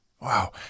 Wow